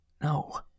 No